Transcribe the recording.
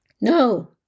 No